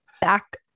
back